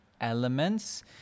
elements